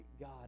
God